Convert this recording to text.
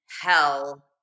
hell